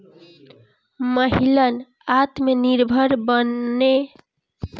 महिलन आत्मनिर्भर बनावे खातिर सरकार उनकर बैंक में खाता खोलवावत बिया